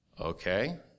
Okay